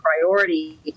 priority